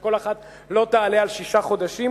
שכל אחת לא תעלה על שישה חודשים,